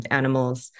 animals